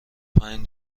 پنج